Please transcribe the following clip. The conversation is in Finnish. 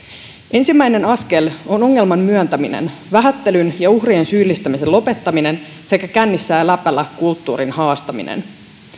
ensimmäinen askel on ongelman myöntäminen vähättelyn ja uhrien syyllistämisen lopettaminen sekä kännissä ja läpällä kulttuurin haastaminen